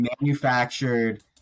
manufactured